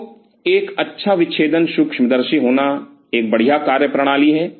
तो एक अच्छा विच्छेदन सूक्ष्मदर्शी होना एक बढ़िया कार्यप्रणाली है